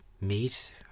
meat